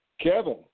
Kevin